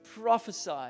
prophesy